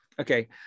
okay